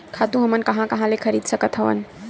खातु हमन कहां कहा ले खरीद सकत हवन?